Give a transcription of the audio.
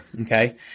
Okay